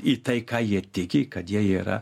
į tai ką jie tiki kad jie yra